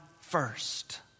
first